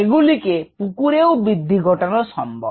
এগুলিকে পুকুরেও বৃদ্ধি ঘটানো সম্ভব